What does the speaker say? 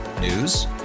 News